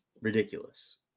ridiculous